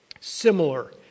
similar